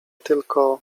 tylko